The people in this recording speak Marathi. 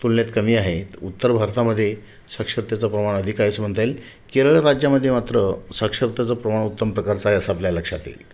तुलनेत कमी आहे उत्तर भारतामध्ये साक्षरतेचं प्रमाण अधिक आहे असं म्हणता येईल केरळ राज्यामध्ये मात्र साक्षरतेचं प्रमाण उत्तम प्रकारचं आहे असं आपल्याला लक्षात येईल